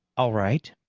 all right,